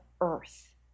earth